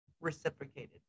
reciprocated